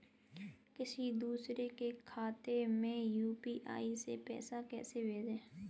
किसी दूसरे के खाते में यू.पी.आई से पैसा कैसे भेजें?